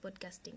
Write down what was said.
podcasting